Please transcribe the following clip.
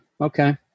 Okay